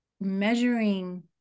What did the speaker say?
measuring